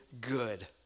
good